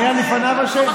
מי לפניו היה אשם?